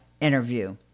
interview